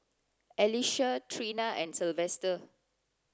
Alisha Treena and Silvester